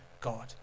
God